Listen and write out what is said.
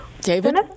David